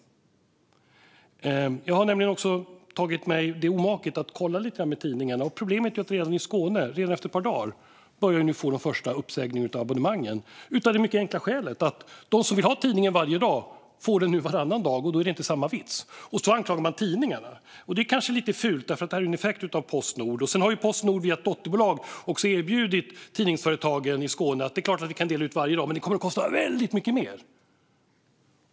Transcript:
Jag har gjort mig omaket att kolla lite med tidningarna. Problemet i Skåne är att de redan efter ett par dagar började få de första uppsägningarna av abonnemang, av det enkla skälet att de som vill ha tidningen varje dag nu får den varannan dag och att det då inte är samma vits. Och så blir tidningarna anklagade, vilket är lite fult, då det är en effekt av Postnord. Sedan har Postnord, via ett dotterbolag, erbjudit tidningsföretagen i Skåne att dela ut varje dag men sagt att det kommer att kosta väldigt mycket mer.